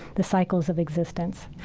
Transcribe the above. the cycles of existence.